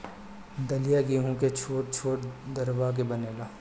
दलिया गेंहू के छोट छोट दरवा के बनेला